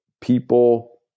people